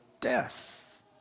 death